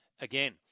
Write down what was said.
again